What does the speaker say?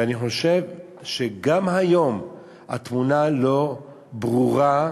ואני חושב שגם היום התמונה לא ברורה,